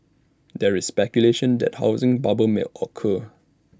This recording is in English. there is speculation that A housing bubble may occur